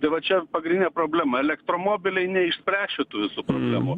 tai va čia pagrindinė problema elektromobiliai neišspręs šitų visų problemų